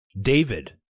David